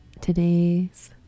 Today's